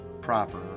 proper